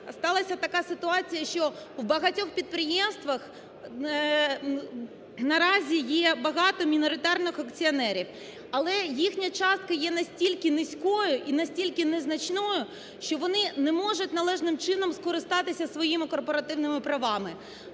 сталася така ситуація, що в багатьох підприємствах наразі є багато міноритарних акціонерів. Але їхня частка є настільки низькою і настільки незначною, що вони не можуть належним чином скористатися своїми корпоративними правами.